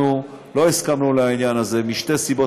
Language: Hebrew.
אנחנו לא הסכמנו לעניין הזה משתי סיבות